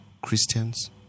Christians